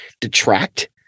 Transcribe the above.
detract